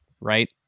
right